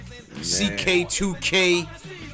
CK2K